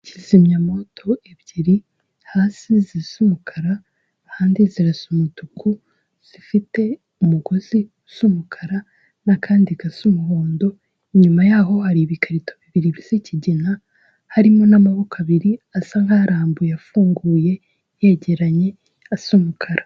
Kizimya mwoto ebyiri hasi zumukara hanze zirasa umutuku zifite umugozi zumukara n'akandi ga z'umuhondo inyuma yaho hari ibikarito bibiri bisikigina harimo n'amaboko abiri asa nkarambuye afunguye yegeranye asa umukara.